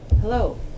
Hello